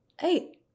hey